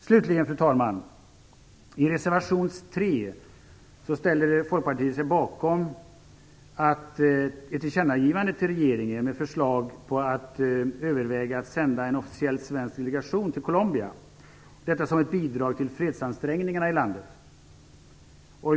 Slutligen, fru talman: I reservation 3 ställer Folkpartiet sig bakom ett tillkännagivande till regeringen med förslag om att man skall överväga att sända en officiell svensk delegation till Colombia, detta som ett bidrag till fredsansträngningarna i landet.